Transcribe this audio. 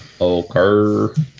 Okay